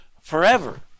forever